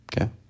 Okay